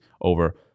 over